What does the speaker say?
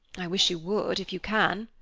i wish you would, if you can.